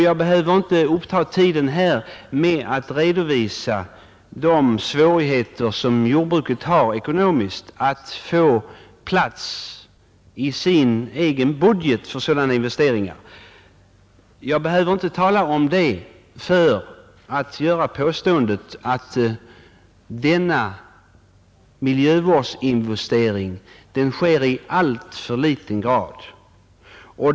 Jag behöver inte uppta tiden här med att redovisa de ekonomiska svårigheter som jordbruket har att få plats i sin egen budget med sådana investeringar för att kunna göra påståendet att denna miljövårdsinvestering sker i alltför liten grad.